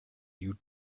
you